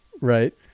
Right